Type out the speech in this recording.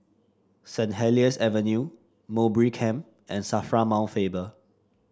Saint Helier's Avenue Mowbray Camp and Safra Mount Faber